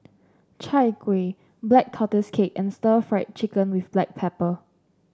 Chai Kueh Black Tortoise Cake and Stir Fried Chicken with Black Pepper